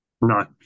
No